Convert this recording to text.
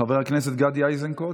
חבר הכנסת גדי אייזנקוט,